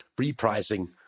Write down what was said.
repricing